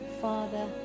Father